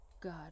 God